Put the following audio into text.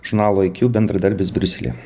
žurnalo iq bendradarbis briuselyje